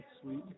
sweet